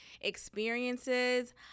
experiences